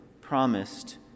promised